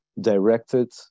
directed